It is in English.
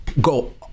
go